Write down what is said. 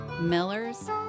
Millers